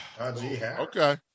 Okay